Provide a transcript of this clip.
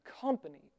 company